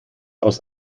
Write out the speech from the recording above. aus